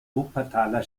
wuppertaler